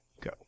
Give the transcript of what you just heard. Go